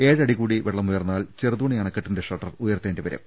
ഏഴടികൂടി വെള്ളമുയർന്നാൽ ചെറുതോണി അണക്കെട്ടിന്റെ ഷട്ടർ ഉയർത്തേണ്ടി വരും